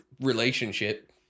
relationship